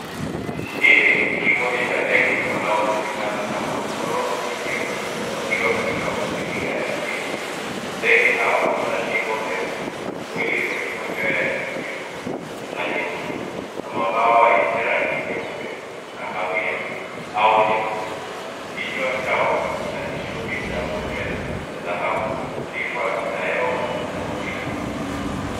Hili ni kikundi cha ndege wanaojulikana kama korongo kijivu , wakiwa katika mazingira ya asili. Ndege hao wana shingo ndefu, mwili wenye manyoya ya kijivu na nyeusi, na mabawa yenye ya rangi nyeupe na kahawia au nyekundu. Kichwa chao kina kishungi cha manyoya ya dhahabu, sifa inayo watofautisha.